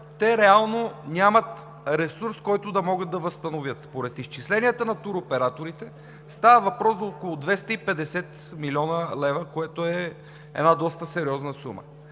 ситуация нямат ресурс, с който да могат да им ги възстановят. Според изчисленията на туроператорите става въпрос за около 250 млн. лв., което е една доста сериозна сума.